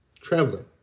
Traveling